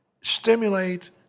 stimulate